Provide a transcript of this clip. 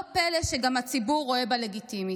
לא פלא שגם הציבור רואה בה לגיטימית.